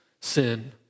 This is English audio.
sin